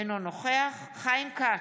אינו נוכח חיים כץ,